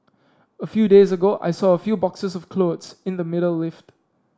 a few days ago I saw a few boxes of clothes in the middle lift